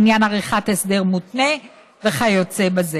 לעניין עריכת הסדר מותנה וכיוצא בזה.